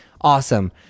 Awesome